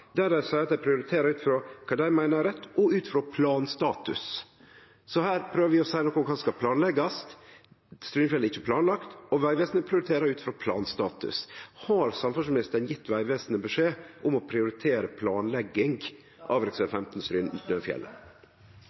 der dei seier at dei prioriterer ut frå kva dei meiner er rett og ut frå planstatus. Her prøver vi å seie noko om kva som skal planleggjast. Strynefjellet er ikkje planlagt og Vegvesenet prioriterer ut frå planstatus. Har samferdselsministeren gjeve Vegvesenet beskjed om å prioritere planlegging av